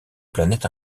planète